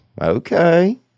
okay